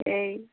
এই